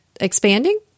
expanding